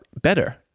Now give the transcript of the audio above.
better